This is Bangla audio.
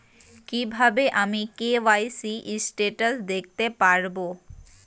কিভাবে আমি কে.ওয়াই.সি স্টেটাস দেখতে পারবো?